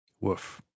Woof